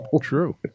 True